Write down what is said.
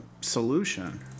solution